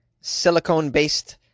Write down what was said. silicone-based